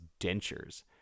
dentures